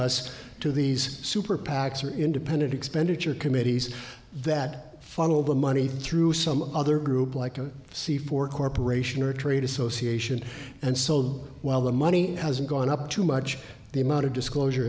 us to these super pacs or independent expenditure committees that funnel the money through some other group like to see for corporation or trade association and so while the money hasn't gone up too much the amount of disclosure